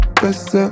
best